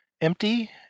empty